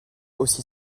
aussi